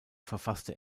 verfasste